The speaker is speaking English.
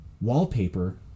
wallpaper